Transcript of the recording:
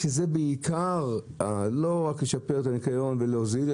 שזה בעיקר לא רק לשפר את הניקיון ולהוזיל,